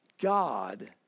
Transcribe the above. God